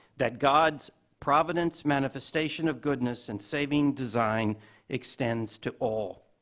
that, god's providence, manifestation of goodness, and saving design extends to all.